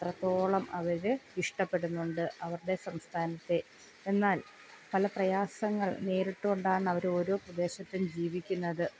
അത്രത്തോളം അവർ ഇഷ്ടപ്പെടുന്നുണ്ട് അവരുടെ സംസ്ഥാനത്തെ എന്നാൽ പല പ്രയാസങ്ങൾ നേരിട്ട് കൊണ്ടാണവരോരോ പ്രദേശത്തും ജീവിക്കുന്നത്